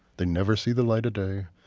they never see the light of day.